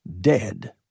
Dead